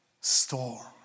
storm